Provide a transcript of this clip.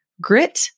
grit